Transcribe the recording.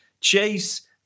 Chase